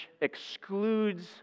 excludes